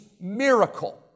miracle